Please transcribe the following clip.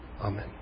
Amen